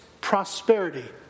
prosperity